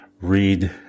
read